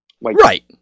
Right